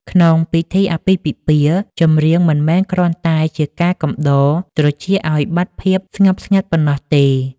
ក្នុងពិធីអាពាហ៍ពិពាហ៍ ចម្រៀងមិនមែនគ្រាន់តែជាការកំដរត្រចៀកឱ្យបាត់ភាពស្ងប់ស្ងាត់ប៉ុណ្ណោះទេ